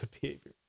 behavior